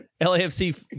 LAFC